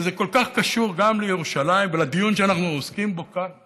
וזה כל כך קשור גם לירושלים ולדיון שאנחנו עוסקים בו כאן,